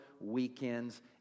weekends